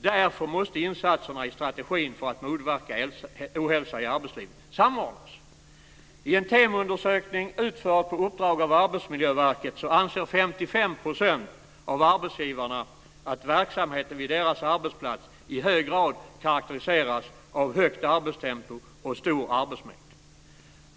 Därför måste insatserna i strategin för att motverka ohälsa i arbetslivet samordnas. I en Temoundersökning utförd på uppdrag av Arbetsmiljöverket anser 55 % av arbetsgivarna att verksamheten vid deras arbetsplats i hög grad karakteriseras av högt arbetstempo och stor arbetsmängd.